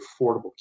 Affordable